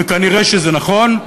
וכנראה זה נכון,